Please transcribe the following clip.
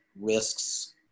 risks